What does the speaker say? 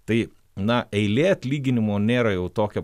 tai na eilė atlyginimų nėra jau tokia